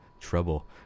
Trouble